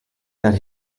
that